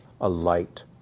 alight